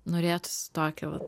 norėtųsi tokią va